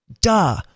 duh